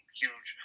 huge